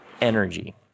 energy